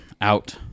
Out